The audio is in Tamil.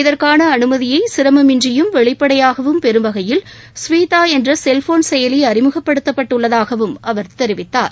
இதற்கான அனுமதியை சிரமமின்றியும் வெளிப்படையாகவும் பெறும் வகையில் சுவிதா என்ற செல்போன் செயலி அறிமுகப்படுத்தப்பட்டு உள்ளதாகவும் அவர் தெரிவித்தார்